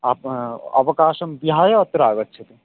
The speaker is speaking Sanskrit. आप् अवकाशं विहाय अत्र आगच्छतु